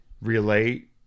relate